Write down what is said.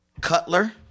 Cutler